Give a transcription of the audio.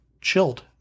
chilled